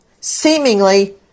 seemingly